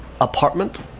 Apartment